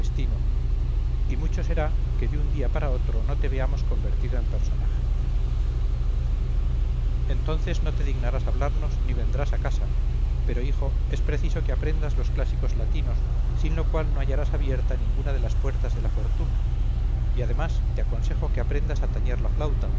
y mucho será que de un día para otro no te veamos convertido en personaje entonces no te dignarás hablarnos ni vendrás a casa pero hijo es preciso que aprendas los clásicos latinos sin lo cual no hallarás abierta ninguna de las puertas de la fortuna y además te aconsejo que aprendas a tañer la flauta